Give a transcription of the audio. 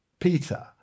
Peter